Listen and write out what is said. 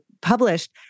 published